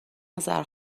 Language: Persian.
اذر